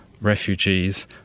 refugees